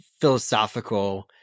philosophical